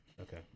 Okay